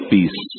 Peace